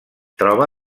troba